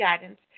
guidance